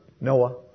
Noah